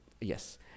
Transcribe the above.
Yes